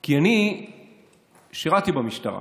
כי אני שירתי במשטרה